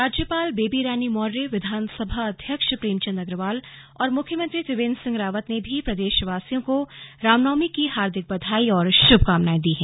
राज्यपाल बेबी रानी मौर्य विधानसभा अध्यक्ष प्रेमचंद अग्रवाल और मुख्यमंत्री त्रिवेन्द्र सिंह रावत ने भी प्रदेशवासियों को राम नवमी की हार्दिक बधाई और शुभकामनाएं दी हैं